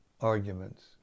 arguments